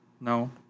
No